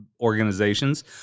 organizations